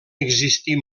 existir